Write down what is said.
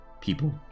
people